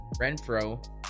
Renfro